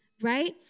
right